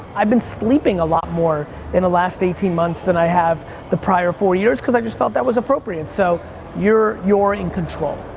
i've been sleeping a lot more in the last eighteen months than i have the prior four years, cause i just felt that was appropriate, so you're in control.